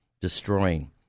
destroying